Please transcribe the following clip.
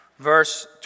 Verse